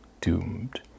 doomed